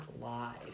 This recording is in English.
live